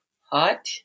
hot